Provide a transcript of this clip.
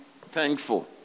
thankful